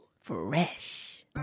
fresh